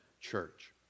church